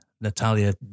Natalia